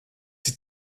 sie